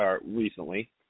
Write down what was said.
recently